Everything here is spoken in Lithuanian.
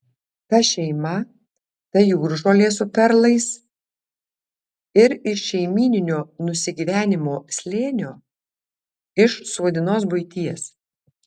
ta šeima ta jūržolė su perlais ir iš šeimyninio nusigyvenimo slėnio iš suodinos buities